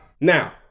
Now